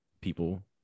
people